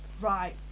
right